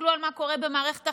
תסתכלו מה קורה במערכת החינוך,